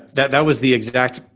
that, that was the exact,